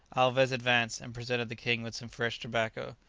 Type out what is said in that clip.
alvez advanced and presented the king with some fresh tobacco,